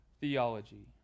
theology